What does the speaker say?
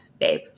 babe